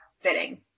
fitting